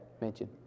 mention